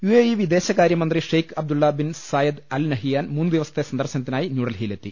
U A ഇർവിദേശകാര്യമന്ത്രി Sheikh Abdullah bin Zayed Al Nahyan മൂന്നുദിവസത്തെ സന്ദർശനത്തിനായി ന്യൂഡൽഹിയിൽ എത്തി